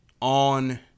on